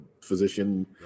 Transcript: physician